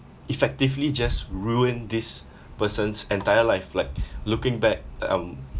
effectively just ruin this person's entire life like looking back um